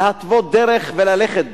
להתוות דרך וללכת בה.